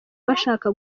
bashaka